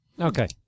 Okay